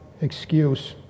excuse